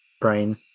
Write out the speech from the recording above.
Brain